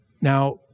Now